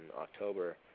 October